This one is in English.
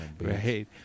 Right